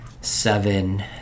seven